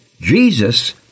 Jesus